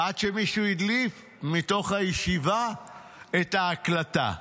עד שמישהו הדליף מתוך הישיבה את ההקלטה: